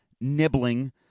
nibbling